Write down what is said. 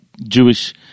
Jewish